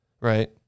Right